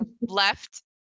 left